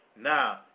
now